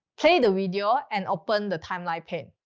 play the video and open the timeline pane.